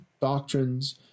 doctrines